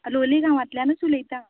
लोलये गांवातल्यानूच उलयता